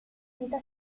unità